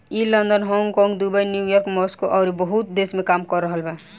ई London, Hong Kong, Dubai, New York, Moscow अउरी बहुते देश में काम कर रहल बा